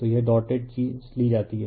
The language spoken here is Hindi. तो यह डॉटेड चीज़ ली जाती है